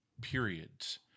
periods